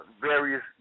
various